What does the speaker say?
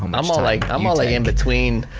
um i'm all like i'm all like in between,